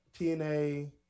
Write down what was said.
TNA